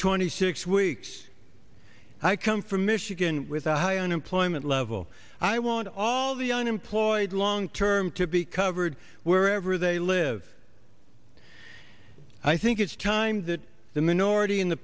twenty six weeks i come from michigan with a high unemployment level i want all the unemployed long term to be covered wherever they live i think it's time that the minority in the